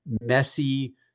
messy